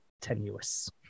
tenuous